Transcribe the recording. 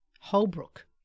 Holbrook